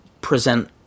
present